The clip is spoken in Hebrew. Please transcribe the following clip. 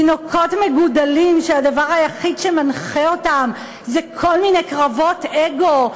תינוקות מגודלים שהדבר היחיד שמנחה אותם זה כל מיני קרבות אגו,